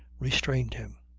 restrained him.